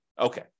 Okay